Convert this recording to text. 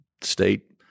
state